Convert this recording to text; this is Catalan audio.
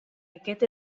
aquest